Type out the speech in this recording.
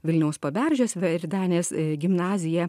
vilniaus paberžės verdenės gimnazija